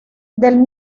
del